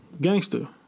Gangster